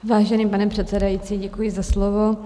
Vážený pane předsedající, děkuji za slovo.